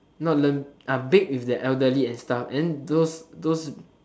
not learn ah bake with the elderly and stuff and then those those